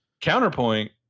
Counterpoint